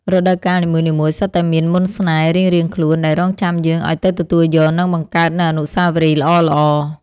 រដូវកាលនីមួយៗសុទ្ធតែមានមន្តស្នេហ៍រៀងៗខ្លួនដែលរង់ចាំយើងឱ្យទៅទទួលយក និងបង្កើតនូវអនុស្សាវរីយ៍ល្អៗ។